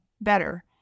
better